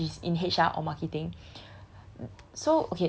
she's not confirm if she's in H_R or marketing